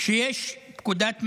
כשיש פקודת מיסים,